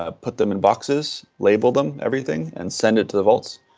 ah put them in boxes, label them, everything, and send it to the vaults.